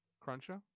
Cruncher